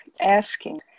asking